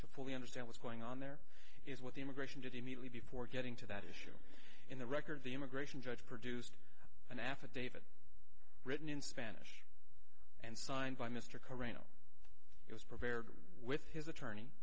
to fully understand what's going on there is what the immigration did immediately before getting to that issue in the record the immigration judge produced an affidavit written in spanish and signed by mr corrino it was prepared with his attorney